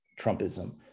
Trumpism